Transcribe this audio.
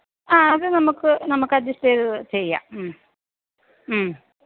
ആ അത് നമുക്ക് നമുക്കഡ്ജസ്റ്റ് ചെയ്ത് ചെയ്യാം